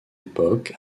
époque